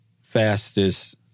fastest